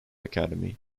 academy